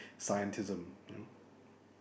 scientism you know